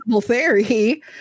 theory